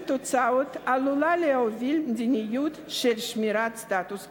תוצאות עלולה להוביל מדיניות של שמירת סטטוס קוו.